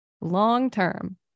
long-term